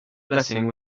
blessing